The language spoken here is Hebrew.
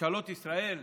ממשלות ישראל בהווה,